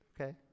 okay